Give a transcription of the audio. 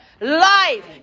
Life